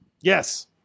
Yes